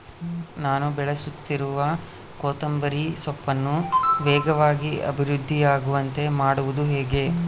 ನಾನು ಬೆಳೆಸುತ್ತಿರುವ ಕೊತ್ತಂಬರಿ ಸೊಪ್ಪನ್ನು ವೇಗವಾಗಿ ಅಭಿವೃದ್ಧಿ ಆಗುವಂತೆ ಮಾಡುವುದು ಹೇಗೆ?